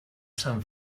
sant